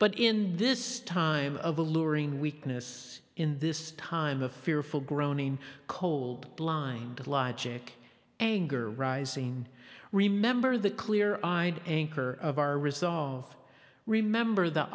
but in this time of alluring weakness in this time of fearful groaning cold blinded logic anger rising remember the clear eyed anchor of our resolve remember the